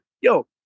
Yo